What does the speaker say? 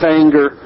anger